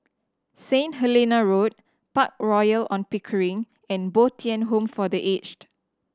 Saint Helena Road Park Royal On Pickering and Bo Tien Home for The Aged